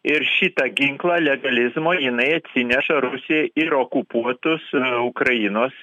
ir šitą ginklą legalizmo jinai atsineša rusija ir okupuotus ukrainos